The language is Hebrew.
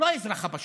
לא האזרח הפשוט.